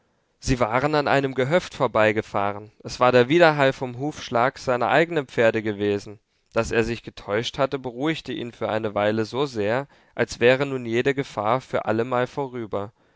sie waren an einem gehöft vorbeigefahren es war der widerhall vom hufschlag seiner eignen pferde gewesen daß er sich getäuscht hatte beruhigte ihn für eine weile so sehr als wäre nun jede gefahr für allemal vorüber